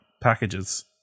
packages